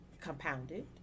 compounded